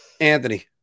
Anthony